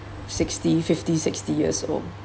sixty fifty sixty years old